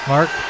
Mark